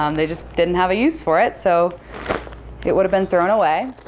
um they just didn't have a use for it, so it would have been thrown away.